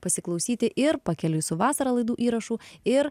pasiklausyti ir pakeliui su vasara laidų įrašų ir